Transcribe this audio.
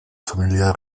família